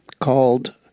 called